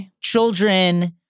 children